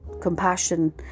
compassion